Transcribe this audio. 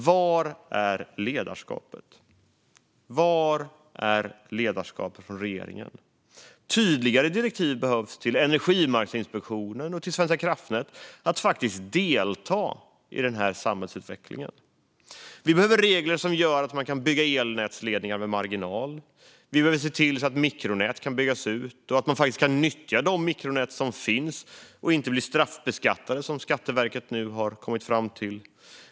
Var är ledarskapet från regeringen? Tydligare direktiv behövs till Energimarknadsinspektionen och till Svenska kraftnät att delta i denna samhällsutveckling. Vi behöver regler som gör att man kan bygga elnätsledningar med marginal. Vi behöver se till att mikronät kan byggas ut och att man kan nyttja de mikronät som finns och inte bli straffbeskattad, som Skatteverket nu har kommit fram till.